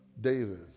David